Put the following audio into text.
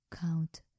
count